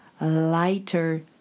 lighter